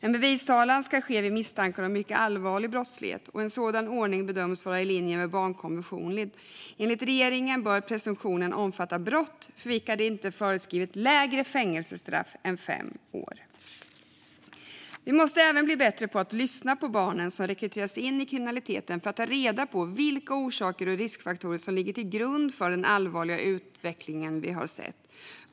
En bevistalan ska ske vid misstankar om mycket allvarlig brottslighet. En sådan ordning bedöms vara i linje med barnkonventionen. Enligt regeringen bör presumtionen omfatta brott för vilka det inte är föreskrivet lägre fängelsestraff än fem år. Vi måste även bli bättre på att lyssna på barnen som rekryterats in i kriminaliteten för att ta reda på vilka orsaker och riskfaktorer som ligger till grund för den allvarliga utveckling vi har sett.